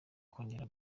kongera